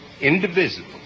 indivisible